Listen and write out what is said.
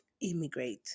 Immigrate